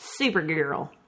Supergirl